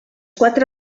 quatre